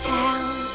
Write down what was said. town